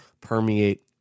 permeate